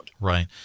Right